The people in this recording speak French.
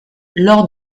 lors